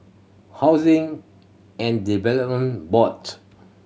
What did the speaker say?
Housing and Development Board